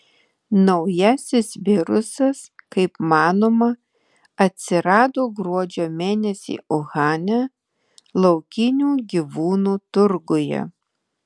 naujasis virusas kaip manoma atsirado gruodžio mėnesį uhane laukinių gyvūnų turguje